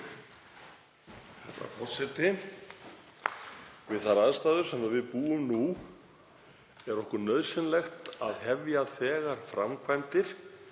Herra forseti. Við þær aðstæður sem við búum nú er nauðsynlegt að hefja þegar framkvæmdir